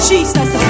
Jesus